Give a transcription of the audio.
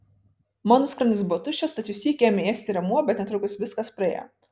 mano skrandis buvo tuščias tad išsyk ėmė ėsti rėmuo bet netrukus viskas praėjo